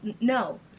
No